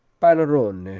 pannarone